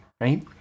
right